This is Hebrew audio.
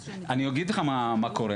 אני אגיד לך מה קורה.